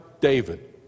David